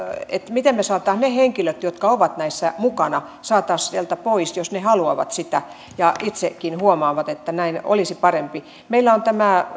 miten ne henkilöt jotka ovat näissä mukana saataisiin sieltä pois jos he haluavat sitä ja itsekin huomaavat että näin olisi parempi meillä on